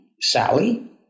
Sally